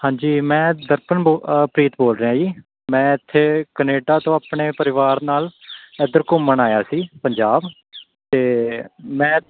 ਹਾਂਜੀ ਮੈਂ ਦਰਪਨ ਬੋ ਪ੍ਰੀਤ ਬੋਲ ਰਿਹਾ ਜੀ ਮੈਂ ਇੱਥੇ ਕਨੇਡਾ ਤੋਂ ਆਪਣੇ ਪਰਿਵਾਰ ਨਾਲ ਇੱਧਰ ਘੁੰਮਣ ਆਇਆ ਸੀ ਪੰਜਾਬ ਅਤੇ ਮੈਂ